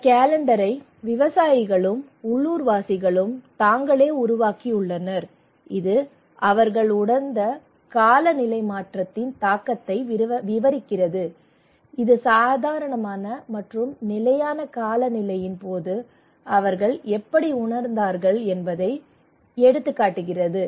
இந்த காலெண்டரை விவசாயிகளும் உள்ளூர்வாசிகளும் தாங்களே உருவாக்கியுள்ளனர் இது அவர்கள் உணர்ந்த காலநிலை மாற்றத்தின் தாக்கத்தை விவரிக்கிறது இது சாதாரண மற்றும் நிலையான காலநிலையின் போது அவர்கள் எப்படி உணர்ந்தார்கள் என்பதை இது காட்டுகிறது